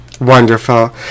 Wonderful